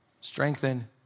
strengthen